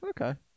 Okay